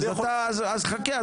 אז חכה,